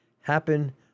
happen